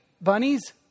bunnies